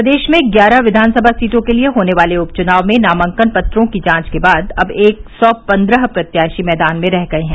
प्रदेश में ग्यारह विधानसभा सीटों के लिये होने वाले उप चुनाव में नामांकन पत्रों की जांच के बाद अब एक सौ पन्द्रह प्रत्याशी मैदान में रह गये हैं